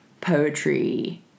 poetry